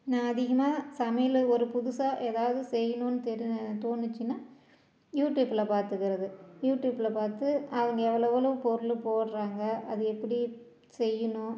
நான் அதிகமாக சமையலை ஒரு புதுசாக எதாவது செய்யணும்னு தெரிஞ்சால் தோணுச்சின்னா யூடியூபில் பார்த்துக்குறது யூடியூபில் பார்த்து அவங்க எவ்வளோ எவ்வளோ பொருள் போடுறாங்க அது எப்படி செய்யணும்